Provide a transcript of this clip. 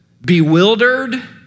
bewildered